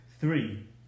three